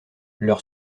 leur